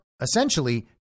essentially